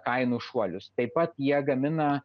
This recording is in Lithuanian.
kainų šuolius taip pat jie gamina